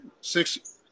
six